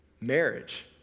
Marriage